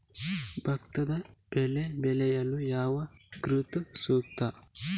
ಭತ್ತದ ಬೆಳೆ ಬೆಳೆಯಲು ಯಾವ ಋತು ಸೂಕ್ತ?